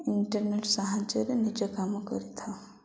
internet ସାହାଯ୍ୟରେ ନିଜ କାମ କରିଥାଉ